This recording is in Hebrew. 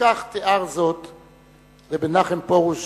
וכך תיאר זאת ר' מנחם פרוש